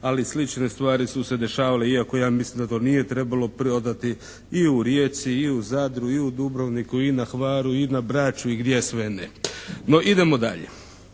ali slične stvari su se dešavale iako ja mislim da to nije trebalo prodati i u Rijeci i u Zadru, i u Dubrovniku, i na Hvaru, i na Braču i gdje sve ne. No, idemo dalje.